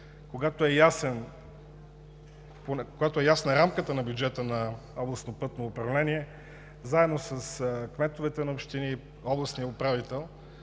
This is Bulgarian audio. когато е ясна рамката на бюджета на Областно пътно управление, заедно с кметовете на общини и с областния управител